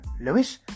Lewis